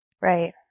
Right